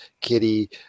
Kitty